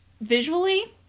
visually